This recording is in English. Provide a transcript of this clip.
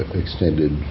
extended